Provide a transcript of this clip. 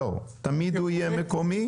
לא, תמיד הוא יהיה מקומי?